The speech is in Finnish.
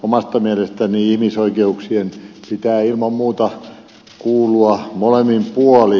omasta mielestäni ihmisoikeuksien pitää ilman muuta kuulua molemmin puolin